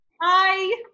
Bye